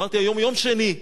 אמרתי: היום יום שני,